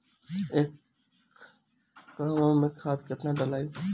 एक कहवा मे खाद केतना ढालाई?